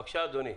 בבקשה, אדוני.